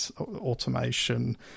automation